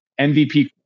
MVP